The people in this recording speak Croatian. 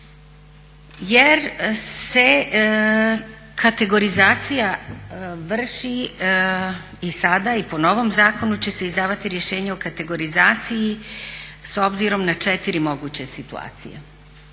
jer se kategorizacija vrši i sada i po novom zakonu će se izdavati rješenje o kategorizaciji s obzirom na četiri moguće situacije.